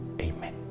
Amen